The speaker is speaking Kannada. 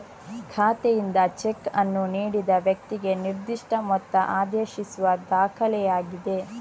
ಖಾತೆಯಿಂದ ಚೆಕ್ ಅನ್ನು ನೀಡಿದ ವ್ಯಕ್ತಿಗೆ ನಿರ್ದಿಷ್ಟ ಮೊತ್ತ ಆದೇಶಿಸುವ ದಾಖಲೆಯಾಗಿದೆ